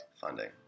funding